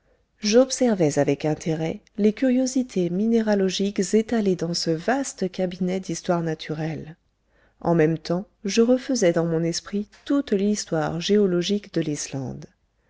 j'observais avec intérêt les curiosités minéralogiques étalées dans ce vaste cabinet d'histoire naturelle en même temps je refaisais dans mon esprit toute l'histoire géologique de l'islande